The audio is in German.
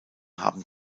haben